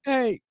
Hey